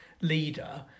leader